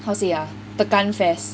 how say ah tekan fest